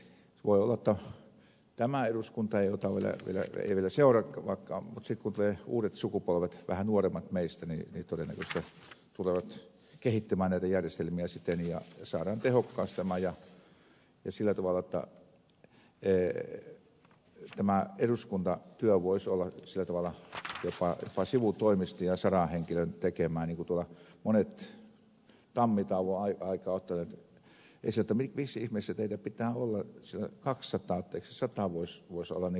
voi olla että tämä eduskunta ei ota vielä ei vielä seuraavakaan mutta sitten kun tulee uudet sukupolvet vähän nuoremmat meistä niin todennäköisesti tulevat kehittämään näitä järjestelmiä siten ja saadaan tehokkaaksi tämä ja sillä tavalla jotta tämä eduskuntatyö voisi olla sillä tavalla jopa sivutoimista ja sadan henkilön tekemää niin kuin tuolla monet tammitauon aikaan ovat ottaneet esille että miksi ihmeessä teitä pitää olla kaksisataa että eikö sata voisi olla hyvä määrä